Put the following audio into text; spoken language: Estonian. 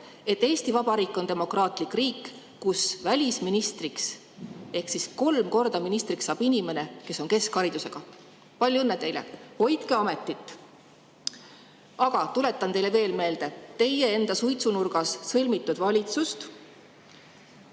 et Eesti Vabariik on demokraatlik riik, kus välisministriks ehk [kolmandat] korda ministriks saab inimene, kes on keskharidusega! Palju õnne teile, hoidke ametit! Aga tuletan teile veel meelde teie enda suitsunurgas sõlmitud